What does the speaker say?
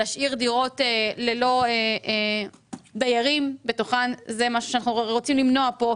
להשאיר דירות ללא דיירים בתוכן זה משהו שאנחנו רוצים למנוע פה,